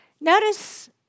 Notice